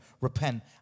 repent